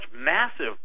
massive